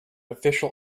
official